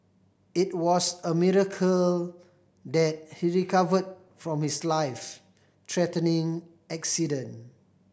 it was a miracle that he recovered from his life threatening accident